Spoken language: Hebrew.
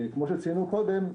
כפי שציינו קודם,